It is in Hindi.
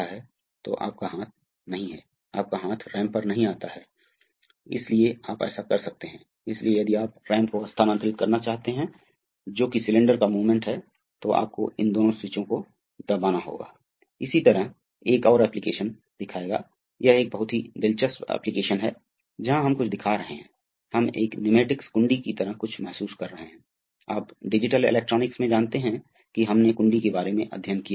इसी तरह आप पाएंगे कि अतः आप देखते हैं कि हम पा सकते हैं एक छोटे से अगर आप सीधे टैंक से जुड़े हैं तो विस्तार स्ट्रोक के मामले में यदि आप सीधे जुड़े हुए हैं तो इसे पंप से कनेक्ट करें और उस टैंक से तो आपके पास समान पंप प्रवाह दर के साथ एक धीमी गति होती हमें एक धीमी गति मिलती जो हम हैं अतः रीजनरेशन का लाभ यह है कि समान प्रवाह दर रेटिंग पंप के साथ हम तेजी से गति उत्पन्न कर सकते हैं